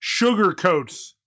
sugarcoats